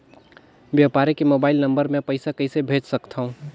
व्यापारी के mobile number मे पईसा कइसे भेज सकथव?